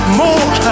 more